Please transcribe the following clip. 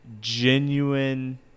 genuine